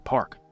Park